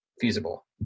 feasible